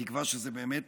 בתקווה שזה באמת